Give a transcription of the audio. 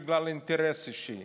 בגלל אינטרס אישי.